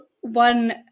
one